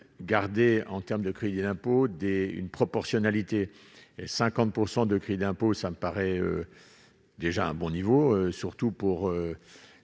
garder en terme de crédits d'impôt dès une proportionnalité et 50 % de crédits d'impôts, ça me paraît déjà un bon niveau, surtout pour